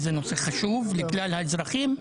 שזה נושא חשוב לכלל האזרחים,